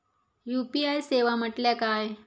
UPI सेवा म्हटल्या काय?